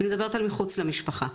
אני מדברת על מחוץ למשפחה.